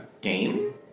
game